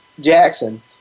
Jackson